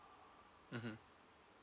mmhmm